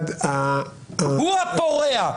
הוא הפורע.